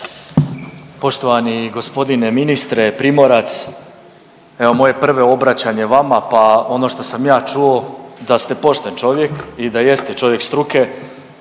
Poštovani g. ministre Primorac. Evo, moje prve obraćanje vama pa ono što sam ja čuo da ste pošten čovjek i da jeste čovjek struke,